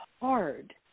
hard